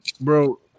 bro